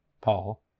paul